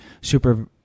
super